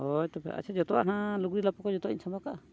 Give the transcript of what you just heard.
ᱦᱚᱭ ᱛᱚᱵᱮ ᱟᱪᱪᱷᱟ ᱡᱚᱛᱚᱣᱟᱜ ᱱᱟᱦᱟᱜ ᱞᱩᱜᱽᱲᱤ ᱞᱟᱯᱚᱜ ᱠᱚ ᱡᱚᱛᱚᱣᱟᱜ ᱤᱧ ᱥᱟᱢᱵᱟᱣ ᱠᱟᱜᱼᱟ